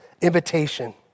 invitation